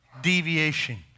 deviation